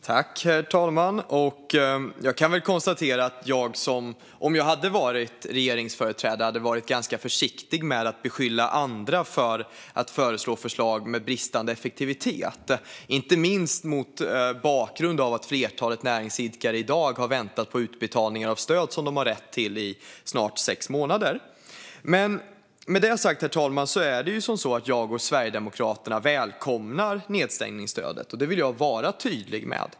Herr talman! Om jag hade varit regeringsföreträdare hade jag varit ganska försiktig med att beskylla andra för att komma med förslag med bristande effektivitet, inte minst mot bakgrund av att flertalet näringsidkare i dag har väntat på utbetalningar av stöd de har rätt till i snart sex månader. Med det sagt, herr talman, välkomnar jag och Sverigedemokraterna nedstängningsstödet. Det vill jag vara tydlig med.